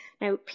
Now